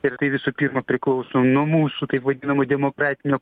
ir tai visų pirma priklauso nuo mūsų taip vadinamo demokratinio